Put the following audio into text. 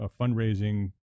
fundraising